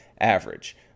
Average